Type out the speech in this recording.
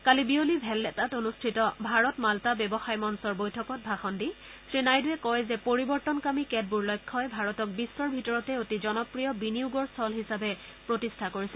কালি বিয়লি ভেল্লেটাত অনুষ্ঠিত ভাৰত মালটা ব্যৱসায় মঞ্চৰ বৈঠকত ভাষণ দি শ্ৰীনাইডুৱে কয় যে পৰিৱৰ্তনকামী কেতবোৰ লক্ষ্যই ভাৰতক বিশ্বৰ ভিতৰতে অতি জনপ্ৰিয় বিনিয়োগৰ স্থল হিচাপে প্ৰতিষ্ঠা কৰিছে